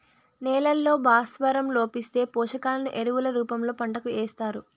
నేలల్లో భాస్వరం లోపిస్తే, పోషకాలను ఎరువుల రూపంలో పంటకు ఏస్తారు